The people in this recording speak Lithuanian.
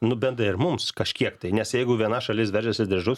nu bėda ir mums kažkiek tai nes jeigu viena šalis veržiasi diržus